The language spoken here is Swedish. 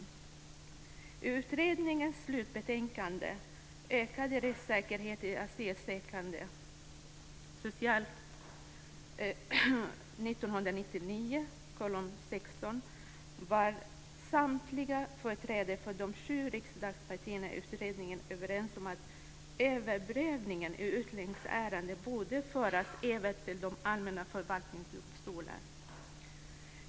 I utredningens slutbetänkande Ökad rättssäkerhet i asylärenden, SOU 1999:16, var samtliga företrädare för de sju riksdagspartierna i utredningen överens om att överprövningen i utlänningsärenden borde föras över till de allmänna förvaltningsdomstolarna.